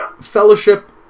fellowship